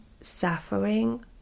suffering